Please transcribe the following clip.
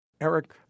Eric